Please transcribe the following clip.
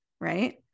right